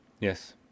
yes